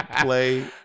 play